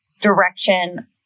direction